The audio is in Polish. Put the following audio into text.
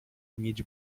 mieć